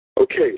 Okay